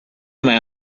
med